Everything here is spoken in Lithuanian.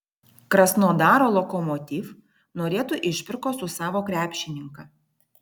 krasnodaro lokomotiv norėtų išpirkos už savo krepšininką